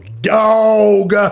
dog